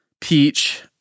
peach